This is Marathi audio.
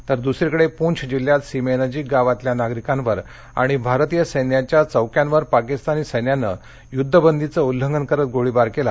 तर दूसरीकडे पुंछ जिल्ह्यात सीमेनजीक गावातल्या नागरिकांवर आणि भारतीय सैन्यांच्या चौक्यांवर पाकिस्तानी सैन्यानं युद्धबंदीचं उल्लंघन करत गोळीबार केला